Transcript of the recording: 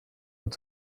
und